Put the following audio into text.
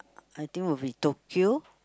I think will be Tokyo